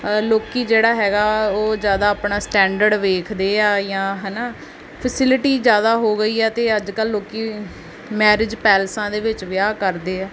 ਲੋਕ ਜਿਹੜਾ ਹੈਗਾ ਉਹ ਜ਼ਿਆਦਾ ਆਪਣਾ ਸਟੈਂਡਰਡ ਵੇਖਦੇ ਆ ਜਾਂ ਹੈ ਨਾ ਫਸਿਲਿਟੀ ਜ਼ਿਆਦਾ ਹੋ ਗਈ ਆ ਅਤੇ ਅੱਜ ਕੱਲ੍ਹ ਲੋਕ ਮੈਰਿਜ ਪੈਲਸਾਂ ਦੇ ਵਿੱਚ ਵਿਆਹ ਕਰਦੇ ਆ